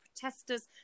protesters